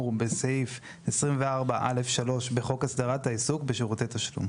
בסעיף 24(א3) בחוק הסדרת העיסוק בשירותי תשלום".